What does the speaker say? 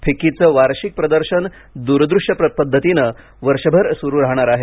फिक्कीचं वार्षिक प्रदर्शन द्रदृश्य पद्धतीने वर्षभर सुरु राहणार आहे